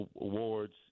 awards